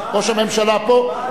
ראש הממשלה פה,